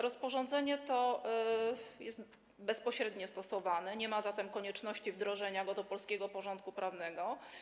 Rozporządzenie to jest bezpośrednio stosowane, nie ma zatem konieczności wdrożenia go do polskiego porządku prawnego.